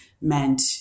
meant